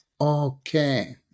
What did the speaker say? Okay